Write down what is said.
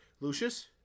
Lucius